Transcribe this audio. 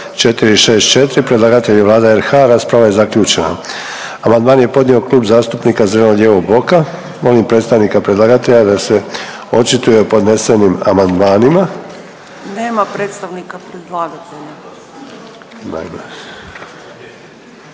li predstavnica predlagatelja